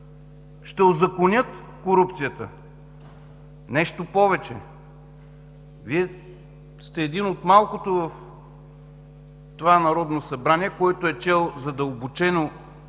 ще узаконят корупцията. Нещо повече, Вие сте един от малкото в това Народно събрание, който е чел задълбочено